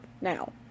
now